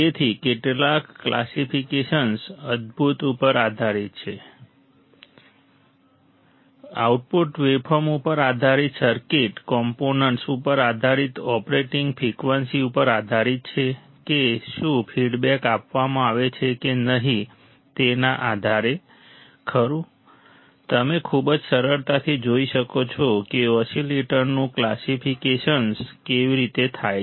તેથી કેટલાક ક્લાસિફિકેશન્સ અદ્ભુત ઉપર આધારિત છે આઉટપુટ વેવફોર્મ ઉપર આધારિત સર્કિટ કોમ્પોનેન્ટ્સ ઉપર આધારિત ઓપરેટિંગ ફ્રિકવન્સી ઉપર આધારિત છે કે શું ફીડબેક આપવામાં આવે છે કે નહીં તેના આધારે ખરું તમે ખૂબ જ સરળતાથી જોઈ શકો છો કે ઓસિલેટરનું ક્લાસિફિકેશન્સ કેવી રીતે થાય છે